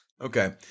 Okay